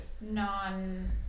non